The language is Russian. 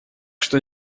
что